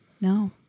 No